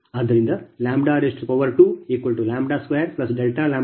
ಆದ್ದರಿಂದ ಆ ಅಭಿವ್ಯಕ್ತಿಯಲ್ಲಿ 2312×0